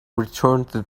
returned